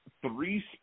three